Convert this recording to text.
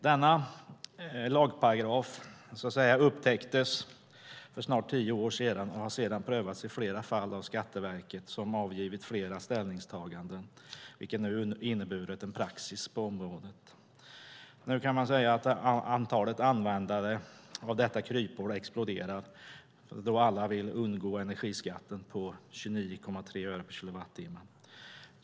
Denna lagparagraf "upptäcktes" för snart tio år sedan och har sedan prövats i flera fall av Skatteverket, som avgivit flera ställningstaganden, vilket nu inneburit en praxis på området. Nu kan man säga att antalet användare av detta "kryphål" exploderar då alla vill undgå energiskatten på 29,3 öre per kilowattimme.